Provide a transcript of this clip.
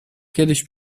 kiedyś